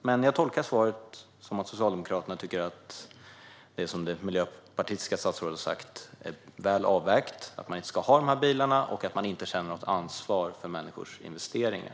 Men jag tolkar svaret som att Socialdemokraterna tycker att det som det miljöpartistiska statsrådet har sagt är väl avvägt, att man inte ska ha dessa bilar och att man inte känner något ansvar för människors investeringar.